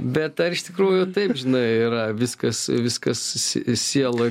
bet ar iš tikrųjų taip žinai yra viskas viskas si sieloj